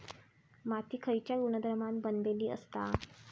माती खयच्या गुणधर्मान बनलेली असता?